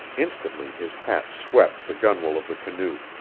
instantly his hat swept the gunwale of the canoe.